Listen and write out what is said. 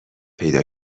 پیدا